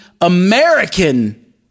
American